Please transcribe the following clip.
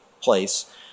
place